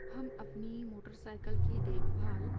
ہم اپنی motorcycle کی دیکھ بھال